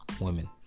women